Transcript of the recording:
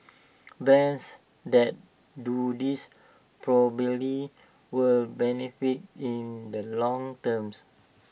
brands that do this properly will benefit in the long terms